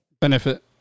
benefit